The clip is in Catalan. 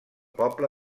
poble